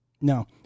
No